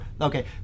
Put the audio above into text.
Okay